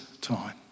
time